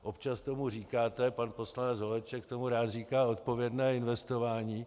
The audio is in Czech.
Občas tomu říkáte pan poslanec Holeček tomu rád říká odpovědné investování.